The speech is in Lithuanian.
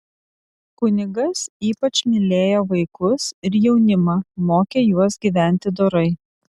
kunigas ypač mylėjo vaikus ir jaunimą mokė juos gyventi dorai